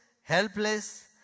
helpless